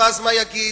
ואז מה יגיד?